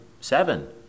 Seven